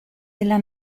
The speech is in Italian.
della